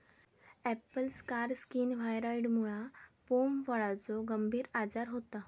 Apple scar skin व्हायरॉइडमुळा pome फळाचो गंभीर आजार होता